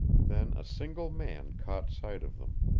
then a single man caught sight of them.